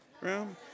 room